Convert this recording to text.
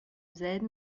selben